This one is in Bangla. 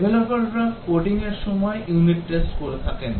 ডেভেলপাররা কোডিং এর সময় ইউনিট টেস্ট করে থাকেন